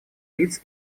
лиц